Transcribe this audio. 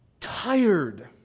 Tired